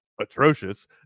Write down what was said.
atrocious